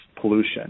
pollution